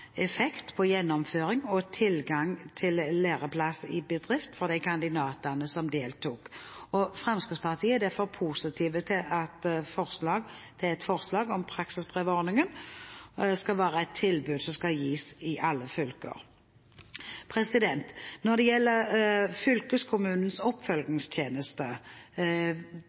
effekt på gjennomføring og tilgang til læreplass i bedrift for de kandidatene som deltok. Fremskrittspartiet er derfor positive til et forslag om at praksisbrevordningen skal være et tilbud som skal gis i alle fylker. Når det gjelder